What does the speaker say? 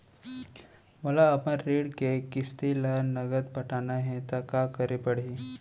मोला अपन ऋण के किसती ला नगदी पटाना हे ता का करे पड़ही?